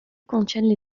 contiennent